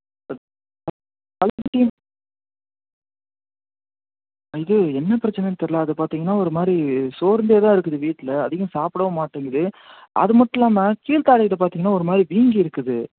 வந்து என்ன பிரச்சனைனு தெரில அதை பார்த்திங்கன்னா ஒருமாதிரி சோர்ந்தே தான் இருக்குது வீட்டில் அதிகம் சாப்பிடவும் மாட்டேங்கிது அது மட்டும் இல்லாம கீழ்த்தாடைக்கிட்ட பார்த்திங்கன்னா ஒருமாதிரி வீங்கி இருக்குது